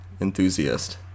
enthusiast